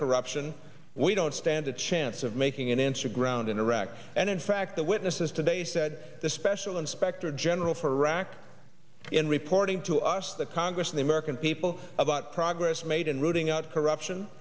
corruption we don't stand a chance of making an answer ground in iraq and in fact the witnesses today said the special inspector general for iraq in reporting to us the congress the american people about progress made in rooting out corruption